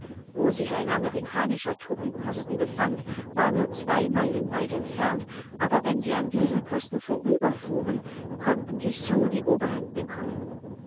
wo sich ein amerikanischer truppenposten befand war nur zwei meilen weit entfernt aber wenn sie an diesem posten vorüber fuhren konnten die sioux die oberhand bekommen